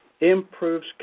improves